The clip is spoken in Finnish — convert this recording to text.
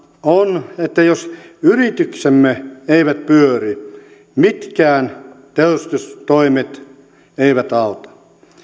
on että jos yrityksemme eivät pyöri mitkään tehostustoimet eivät auta